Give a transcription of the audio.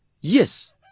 Yes